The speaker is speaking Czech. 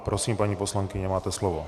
Prosím, paní poslankyně, máte slovo.